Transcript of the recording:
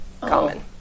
Common